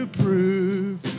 prove